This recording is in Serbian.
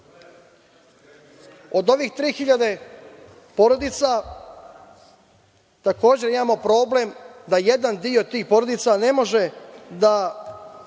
Od ovih 3.000 porodica, takođe, imamo problem da jedan deo tih porodica ne može da